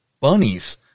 bunnies